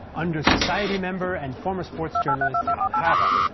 under society member and former sports journalist karl harrer.